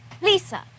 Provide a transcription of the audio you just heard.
Lisa